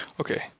Okay